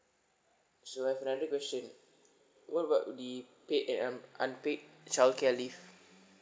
so I have another question what about the paid and un~ unpaid childcare leave